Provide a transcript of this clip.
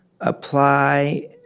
apply